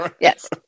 Yes